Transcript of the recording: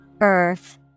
Earth